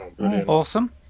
Awesome